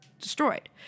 destroyed